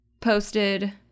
posted